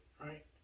right